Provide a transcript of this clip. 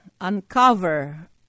uncover